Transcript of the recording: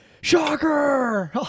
shocker